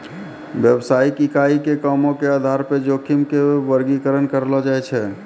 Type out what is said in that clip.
व्यवसायिक इकाई के कामो के आधार पे जोखिम के वर्गीकरण करलो जाय छै